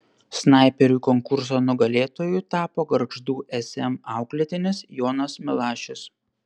snaiperių konkurso nugalėtoju tapo gargždų sm auklėtinis jonas milašius